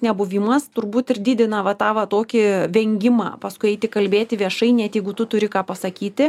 nebuvimas turbūt ir didina va tą va tokį vengimą paskui eiti kalbėti viešai net jeigu tu turi ką pasakyti